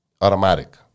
automatic